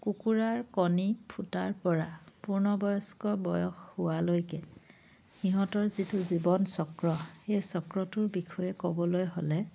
কুকুৰাৰ কণী ফুটাৰ পৰা পূৰ্নবয়স্ক বয়স হোৱালৈকে সিহঁতৰ যিটো জীৱন চক্ৰ সেই চক্ৰটোৰ বিষয়ে ক'বলৈ হ'লে